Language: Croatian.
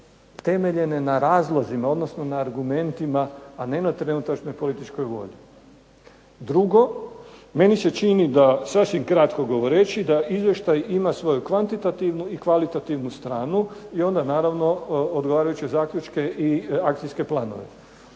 temeljene na razlozima, na argumentima,a ne na trenutačnoj političkoj volji. Drugo, meni se čini da sasvim kratko govoreći da Izvještaj ima svoju kvantitativnu i kvalitativnu stranu i onda odgovarajuće financijske i akcijske planove.